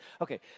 Okay